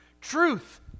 Truth